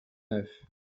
neuf